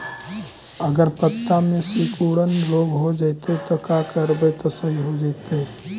अगर पत्ता में सिकुड़न रोग हो जैतै त का करबै त सहि हो जैतै?